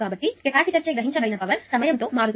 కాబట్టి కెపాసిటర్ చే గ్రహించబడిన పవర్ సమయంతో మారుతుంది